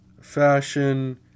fashion